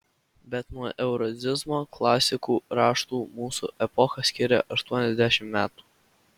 bet nuo eurazizmo klasikų raštų mūsų epochą skiria aštuoniasdešimt metų